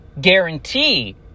guarantee